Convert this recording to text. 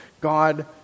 God